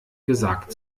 gesagt